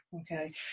Okay